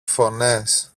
φωνές